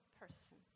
person